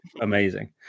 amazing